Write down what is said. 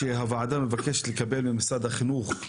אנחנו צריכים להביא איזה שהוא מסר לתוך החברה